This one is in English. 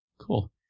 Cool